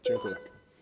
Dziękuję.